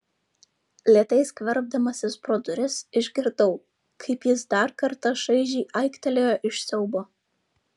lėtai skverbdamasis pro duris išgirdau kaip jis dar kartą šaižiai aiktelėjo iš siaubo